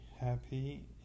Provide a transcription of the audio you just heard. happy